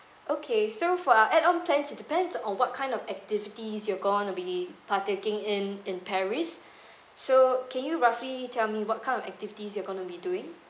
okay so for our add on plan is depends on what kind of activities you're going to be partaking in in paris so can you roughly tell me what kind of activities you are going to be doing